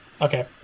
Okay